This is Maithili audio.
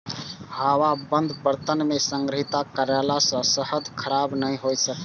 हवाबंद बर्तन मे संग्रहित कयला सं शहद खराब नहि होइ छै